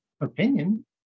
opinion